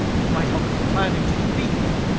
it might help in planning to defeat them.